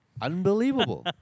Unbelievable